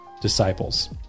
disciples